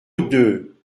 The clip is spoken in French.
deux